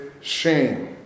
shame